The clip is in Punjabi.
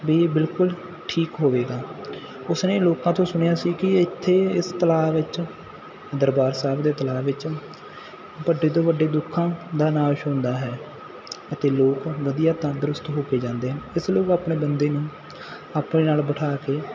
ਵੀ ਇਹ ਬਿਲਕੁਲ ਠੀਕ ਹੋਵੇਗਾ ਉਸਨੇ ਲੋਕਾਂ ਤੋਂ ਸੁਣਿਆ ਸੀ ਕਿ ਇੱਥੇ ਇਸ ਤਲਾਅ ਵਿੱਚ ਦਰਬਾਰ ਸਾਹਿਬ ਦੇ ਤਲਾਅ ਵਿੱਚ ਵੱਡੇ ਤੋਂ ਵੱਡੇ ਦੁੱਖਾਂ ਦਾ ਨਾਸ਼ ਹੁੰਦਾ ਹੈ ਅਤੇ ਲੋਕ ਵਧੀਆ ਤੰਦਰੁਸਤ ਹੋ ਕੇ ਜਾਂਦੇ ਹਨ ਇਸ ਲਈ ਉਹ ਆਪਣੇ ਬੰਦੇ ਨੂੰ ਆਪਣੇ ਨਾਲ ਬਿਠਾ ਕੇ